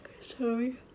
sorry